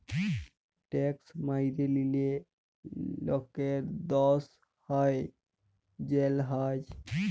tax ম্যাইরে লিলে লকের দস হ্যয় জ্যাল হ্যয়